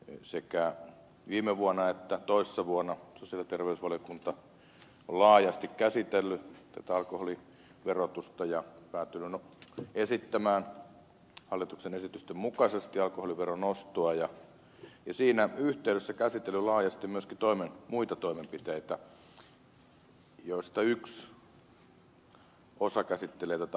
sekä viime vuonna että toissa vuonna sosiaali ja terveysvaliokunta on laajasti käsitellyt tätä alkoholiverotusta ja päätynyt esittämään hallituksen esitysten mukaisesti alkoholiveron nostoa ja siinä yhteydessä käsitellyt laajasti myöskin muita toimenpiteitä joista yksi osa käsittelee mainontaa